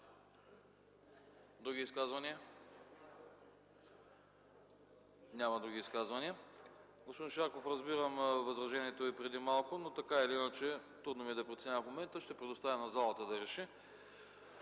други изказвания? Няма. Господин Шарков, разбирам възражението Ви преди малко, така или иначе трудно ми е да преценя в момента, ще предоставя на залата да реши.